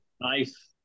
nice